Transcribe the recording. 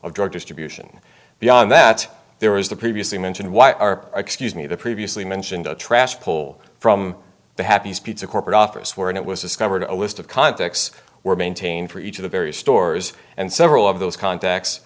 of drug distribution beyond that there was the previously mentioned why are excused me the previously mentioned a trash poll from the happies pizza corporate office where it was discovered a list of contacts were maintained for each of the various stores and several of those contacts